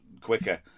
quicker